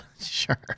sure